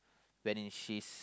when in she's